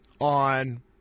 on